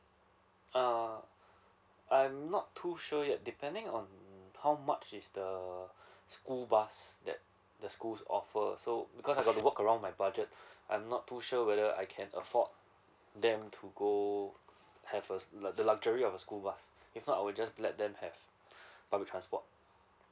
uh I'm not too sure yet depending on how much is the school bus that the schools offer so because I have to work around with my budget I'm not too sure whether I can afford them to go have the luxury of school bus if not I'll just let them have public transport